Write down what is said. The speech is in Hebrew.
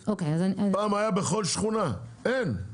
פעם היה בכל שכונה, אין.